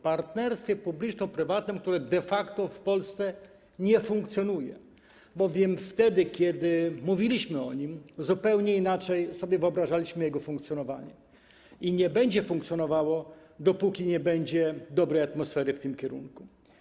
Partnerstwie publiczno-prywatnym, które de facto w Polsce nie funkcjonuje, bowiem wtedy kiedy mówiliśmy o nim, zupełnie inaczej sobie wyobrażaliśmy jego funkcjonowanie, i nie będzie funkcjonowało, dopóki nie będzie dobrej atmosfery w tym kierunku.